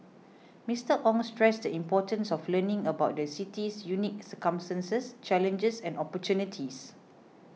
Mister Ong stressed the importance of learning about the city's unique circumstances challenges and opportunities